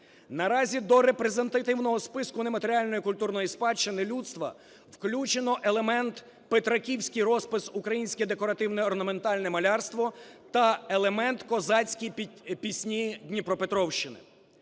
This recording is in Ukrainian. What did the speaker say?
Наразі до репрезентативного списку нематеріальної культурної спадщини людства включено елемент "Петриківський розпис - українське декоративно-орнаментальне малярство" та елемент "Козацькі пісні Дніпропетровщини".